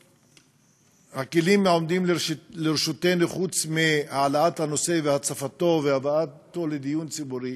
מה הכלים שעומדים לרשותנו חוץ מהעלאת הנושא והצפתו והבאתו לדיון ציבורי?